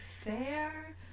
fair